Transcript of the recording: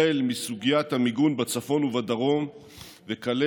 החל מסוגיית המיגון בצפון ובדרום וכלה